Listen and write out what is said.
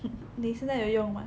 你现在有用吗